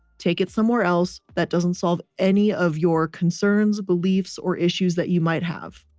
take it somewhere else that doesn't solve any of your concerns, beliefs or issues that you might have.